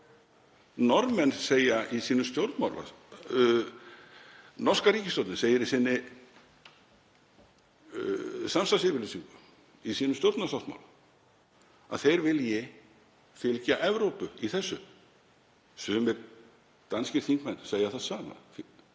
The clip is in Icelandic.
Norska ríkisstjórnin segir í sinni samstarfsyfirlýsingu, í stjórnarsáttmálanum, að hún vilji fylgja Evrópu í þessu. Sumir danskir þingmenn segja það sama,